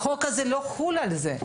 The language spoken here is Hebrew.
החוק הזה לא יחול על מקרים כאלה.